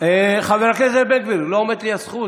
חבר הכנסת בן גביר, לא עומדת לי הזכות?